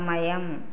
సమయం